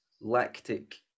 lactic